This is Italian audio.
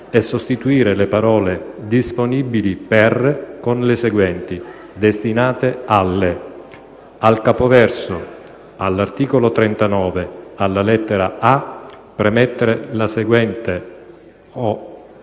e sostituire le parole "disponibili per" con le seguenti: "destinate alle"; - al capoverso: "All'articolo 39", alla lettera *a)*, premettere la seguente: